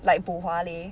like bo hua leh